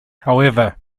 however